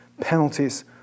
penalties